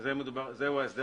זה ההסדר